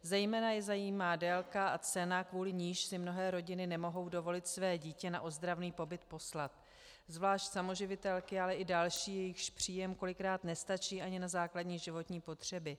Zejména je zajímá délka a cena, kvůli níž si mnohé rodiny nemohou dovolit své dítě na ozdravný pobyt poslat, zvlášť samoživitelky, ale i další, jejichž příjem kolikrát nestačí ani na základní životní potřeby.